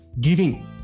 giving